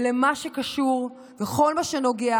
ולמה שקשור בכל מה שנוגע